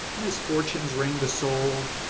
misfortunes wring the soul,